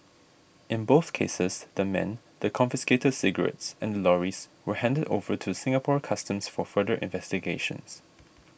in both cases the men the confiscated cigarettes and the lorries were handed over to Singapore Customs for further investigations